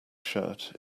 shirt